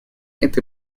этой